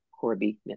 Corby